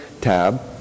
tab